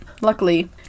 luckily